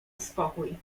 spokój